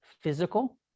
physical